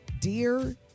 Dear